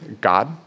God